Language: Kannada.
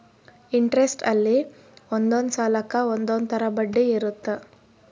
ಇಂಟೆರೆಸ್ಟ ಅಲ್ಲಿ ಒಂದೊಂದ್ ಸಾಲಕ್ಕ ಒಂದೊಂದ್ ತರ ಬಡ್ಡಿ ಇರುತ್ತ